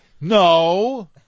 No